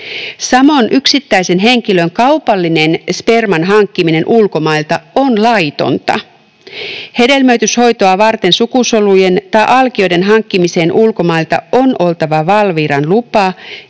Samoin yksittäisen henkilön kaupallinen sperman hankkiminen ulkomailta on laitonta. Hedelmöityshoitoa varten sukusolujen tai alkioiden hankkimiseen ulkomailta on oltava Valviran lupa,